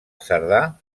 cerdà